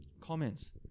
comments